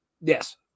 Yes